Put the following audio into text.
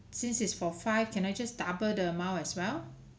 since is for five can I just double the amount as well